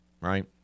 right